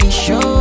show